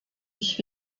ich